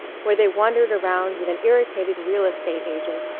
where they wandered around with an irritated real estate agent,